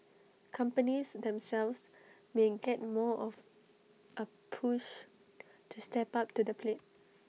companies themselves may get more of A push to step up to the plate